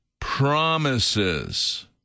promises